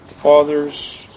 father's